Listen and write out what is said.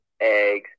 eggs